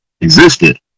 existed